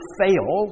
fail